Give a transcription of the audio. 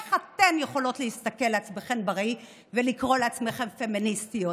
איך אתן יכולות להסתכל על עצמכן בראי ולקרוא לעצמכן פמיניסטיות?